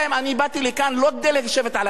אני באתי לכאן לא כדי לשבת על הכיסא.